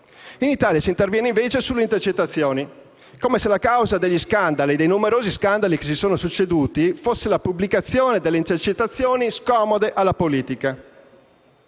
In Italia si interviene invece sulle intercettazioni, come se la causa dei numerosi scandali che si sono succeduti fosse la pubblicazione delle intercettazioni scomode alla politica,